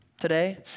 Today